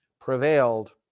prevailed